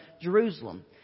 Jerusalem